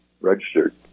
registered